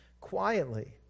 quietly